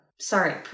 Sorry